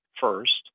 first